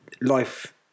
life